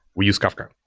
we use kafka.